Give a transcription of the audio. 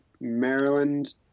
Maryland